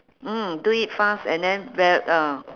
mm do it fast and then ve~ ah